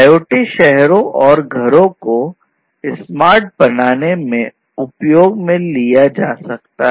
IoT शहरों और घर को स्मार्ट बनाने में उपयोग में लिया जा सकता है